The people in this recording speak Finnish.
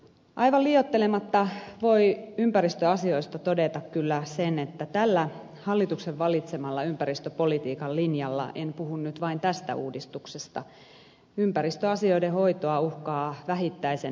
aivan liioittelematta voi ympäristöasioista todeta kyllä sen että tällä hallituksen valitsemalla ympäristöpolitiikan linjalla en puhu nyt vain tästä uudistuksesta ympäristöasioiden hoitoa uhkaa vähittäisen näivettymisen tie